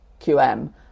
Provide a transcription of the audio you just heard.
QM